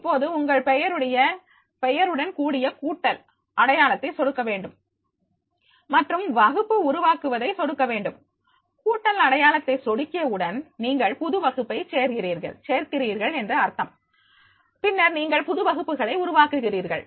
இப்போது உங்கள் பெயருடன் கூடிய கூட்டல் அடையாளத்தை சொடுக்க வேண்டும் மற்றும் வகுப்பு உருவாக்குவதை சொடுக்க வேண்டும் கூட்டல் அடையாளத்தை சொடுக்கிய உடன் நீங்கள் புது வகுப்பை சேர்க்கிறீர்கள் என்று அர்த்தம் பின்னர் நீங்கள் புது வகுப்புகளை உருவாக்குகிறீர்கள்